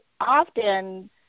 often